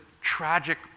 tragic